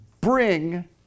bring